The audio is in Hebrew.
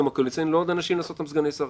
הקואליציוני לעוד אנשים לעשות אותם סגני שרים.